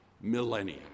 millennia